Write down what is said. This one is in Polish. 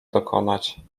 dokonać